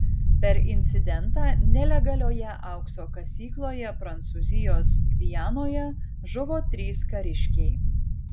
per incidentą nelegalioje aukso kasykloje prancūzijos gvianoje žuvo trys kariškiai